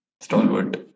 stalwart